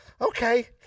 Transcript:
Okay